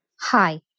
Hi